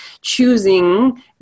choosing